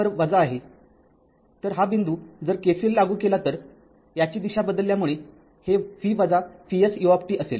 तर हा बिंदू जर KCL लागू केला तर याची दिशा बदलल्यामुळे हे v Vs u असेल